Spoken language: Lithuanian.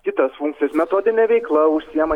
kitas funkcijas metodine veikla užsiima